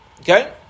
Okay